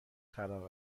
خراب